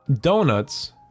Donuts